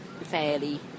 fairly